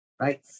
Right